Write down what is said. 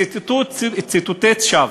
ציטטו ציטוטי שווא.